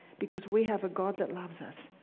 because we have a god that loves us.